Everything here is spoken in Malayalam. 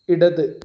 ഇടത്